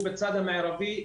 שהוא בצד המערבי,